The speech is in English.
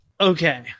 Okay